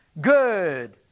good